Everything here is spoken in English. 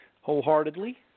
Wholeheartedly